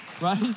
right